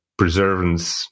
preservance